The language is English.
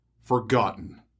forgotten